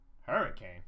Hurricane